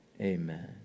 amen